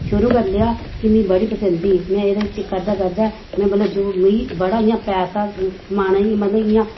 शुरु करी लेआ की मीं बड़ी पसिंद ही में एह्दे च करदे करदे में मतलव मिगी बड़ा इयां पैसा कमाने दी मतलव इयां